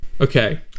okay